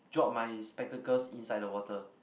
drop my spectacles inside the water